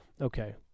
Okay